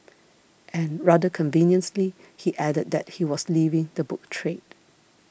and rather conveniently he added that he was leaving the book trade